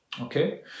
Okay